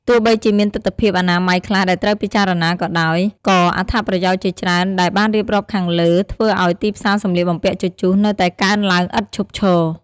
ទោះបីជាមានទិដ្ឋភាពអនាម័យខ្លះដែលត្រូវពិចារណាក៏ដោយ ក៏អត្ថប្រយោជន៍ជាច្រើនដែលបានរៀបរាប់ខាងលើធ្វើឱ្យទីផ្សារសម្លៀកបំពាក់ជជុះនៅតែកើនឡើងឥតឈប់ឈរ។